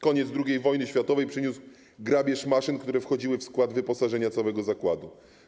Koniec II wojny światowej przyniósł grabież maszyn, które wchodziły w skład wyposażenia całego zakładu.